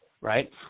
right